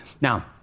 Now